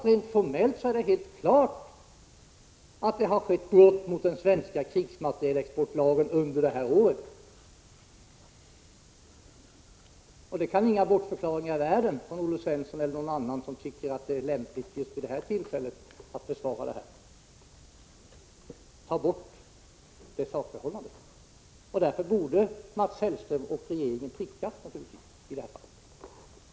Rent formellt är det helt klart att det har begåtts brott mot den svenska krigsmaterielexportlagen under det här året. Det kan inte bortförklaras av vare sig Olle Svensson eller någon annan som tycker att det är lämpligt att försvara saken just vid det här tillfället. Därför borde Mats Hellström och regeringen naturligtvis prickas i detta fall.